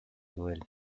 well